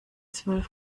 zwölf